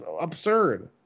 absurd